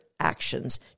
actions